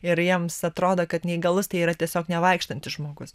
ir jiems atrodo kad neįgalus tai yra tiesiog nevaikštantis žmogus